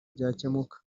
byakemuka